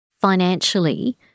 Financially